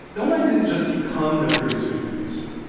illmind didn't just become the producer's producer.